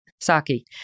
Saki